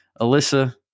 Alyssa